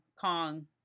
Kong